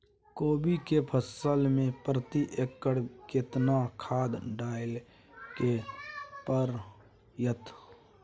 कोबी के फसल मे प्रति एकर केतना खाद डालय के परतय?